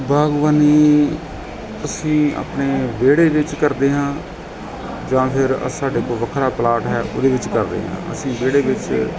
ਬਾਗਬਾਨੀ ਅਸੀਂ ਆਪਣੇ ਵਿਹੜੇ ਵਿੱਚ ਕਰਦੇ ਹਾਂ ਜਾਂ ਫਿਰ ਸਾਡੇ ਕੋਲ ਵੱਖਰਾ ਪਲਾਟ ਹੈ ਉਹਦੇ ਵਿੱਚ ਕਰਦੇ ਹਾਂ ਅਸੀਂ ਵਿਹੜੇ ਵਿੱਚ